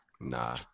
Nah